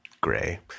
gray